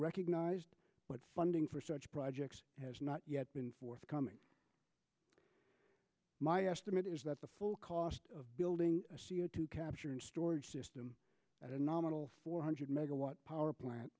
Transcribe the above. recognized but funding for such projects has not yet been forthcoming my estimate is that the full cost of building a c o two capture and storage system at a nominal four hundred megawatt power plant